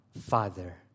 Father